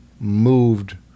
moved